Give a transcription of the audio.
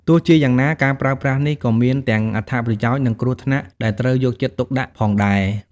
ទោះជាយ៉ាងណា ការប្រើប្រាស់នេះក៏មានទាំងអត្ថប្រយោជន៍ និងគ្រោះថ្នាក់ដែលត្រូវយកចិត្តទុកដាក់ផងដែរ។